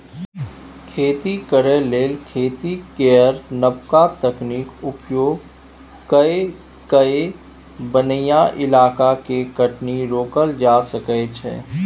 खेती करे लेल खेती केर नबका तकनीक उपयोग कए कय बनैया इलाका के कटनी रोकल जा सकइ छै